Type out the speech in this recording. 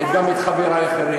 אני מכבד גם את חברי האחרים.